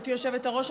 גברתי היושבת-ראש,